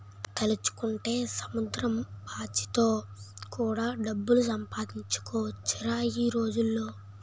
తలుచుకుంటే సముద్రం పాచితో కూడా డబ్బులు సంపాదించొచ్చురా ఈ రోజుల్లో